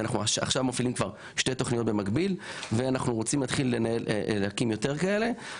אנחנו עכשיו מפעילים שתי תכניות במקביל ואנחנו רוצים להקים יותר כאלה.